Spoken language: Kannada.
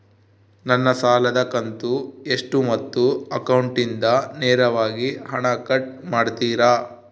ನನ್ನ ಸಾಲದ ಕಂತು ಎಷ್ಟು ಮತ್ತು ಅಕೌಂಟಿಂದ ನೇರವಾಗಿ ಹಣ ಕಟ್ ಮಾಡ್ತಿರಾ?